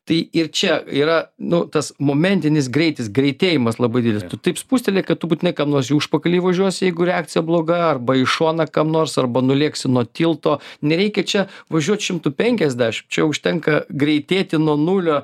tai ir čia yra nu tas momentinis greitis greitėjimas labai didelis tu taip spusteli kad tu būtinai kam nors į užpakalį įvažiuosi jeigu reakcija bloga arba į šoną kam nors arba nulėksi nuo tilto nereikia čia važiuot šimtu penkiasdešim čia užtenka greitėti nuo nulio